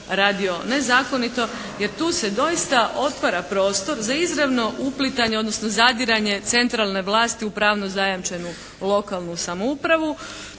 radio nezakonito jer tu se doista otvara prostor za izravno uplitanje odnosno zadiranje centralne vlasti u pravno zajamčenu lokalnu samoupravu.